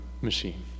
machine